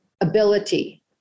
ability